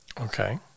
Okay